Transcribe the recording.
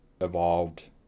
evolved